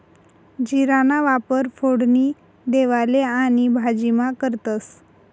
जीराना वापर फोडणी देवाले आणि भाजीमा करतंस